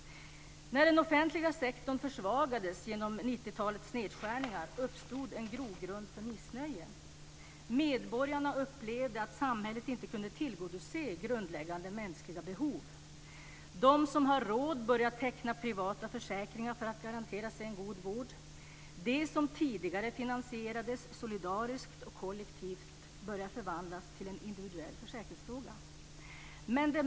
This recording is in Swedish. När den offentliga sektorn försvagades genom nedskärningar under 90-talet uppstod en grogrund för missnöje. Medborgarna upplevde att samhället inte kunde tillgodose grundläggande mänskliga behov. De som har råd börjar teckna privata försäkringar för att garantera sig en god vård. Det som tidigare finansierades solidariskt och kollektivt börjar förvandlas till en individuell försäkringsfråga.